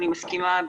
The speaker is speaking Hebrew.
אני מסכימה,